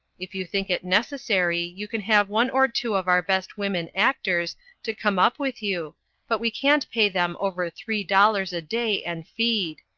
if you think it necessary you can have one or two of our best women actors to come up with you but we can't pay them over three dollars a day and feed.